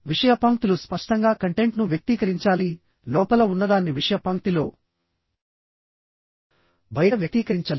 విషయ పంక్తులు స్పష్టంగా కంటెంట్ను వ్యక్తీకరించాలి లోపల ఉన్నదాన్ని విషయ పంక్తిలో బయట వ్యక్తీకరించాలి